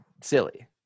silly